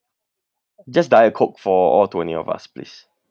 just diet coke for all twenty of us please